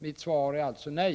Mitt svar är alltså nej.